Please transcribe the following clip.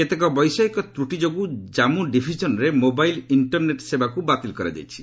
କେତେକ ବୈଷୟିକ ତୃଟି ଯୋଗୁଁ ଜାମ୍ମୁ ଡିଭିଜନ୍ରେ ମୋବାଇଲ୍ ଇଷ୍ଟରନେଟ୍ ସେବାକୁ ବାତିଲ କରାଯାଇଛି